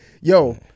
Yo